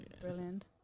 brilliant